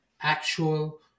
actual